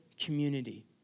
community